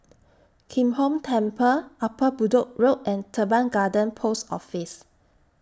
Kim Hong Temple Upper Bedok Road and Teban Garden Post Office